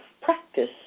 practice